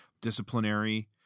disciplinary